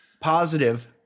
positive